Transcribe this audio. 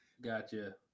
Gotcha